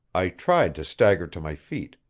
i tried to stagger to my feet.